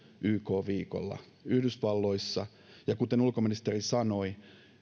yk viikolla yhdysvalloissa ja kuten ulkoministeri sanoi